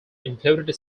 included